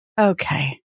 Okay